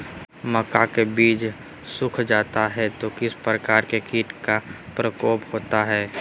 मक्का के बिज यदि सुख जाता है तो किस प्रकार के कीट का प्रकोप होता है?